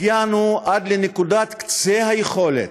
הגענו עד לנקודת קצה היכולת.